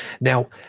Now